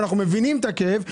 ואנחנו מבינים את הכאב,